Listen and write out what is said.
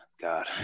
God